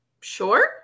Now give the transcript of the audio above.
sure